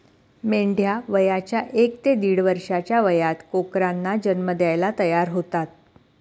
मेंढ्या वयाच्या एक ते दीड वर्षाच्या वयात कोकरांना जन्म द्यायला तयार होतात